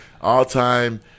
all-time